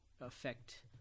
affect